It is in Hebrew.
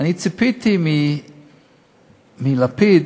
ציפיתי מלפיד,